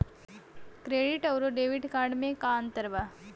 Credit अउरो debit card मे का अन्तर बा?